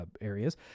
areas